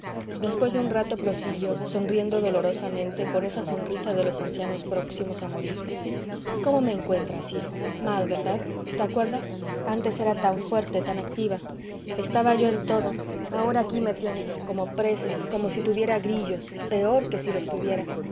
después de un rato prosiguió sonriendo dolorosamente con esa sonrisa de los ancianos próximos a morir cómo me encuentras hijo mal verdad te acuerdas antes tan fuerte tan activa estaba yo en todo ahora aquí me tienes como presa como si tuviera grillos peor que si los tuviera